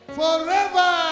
forever